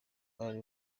ari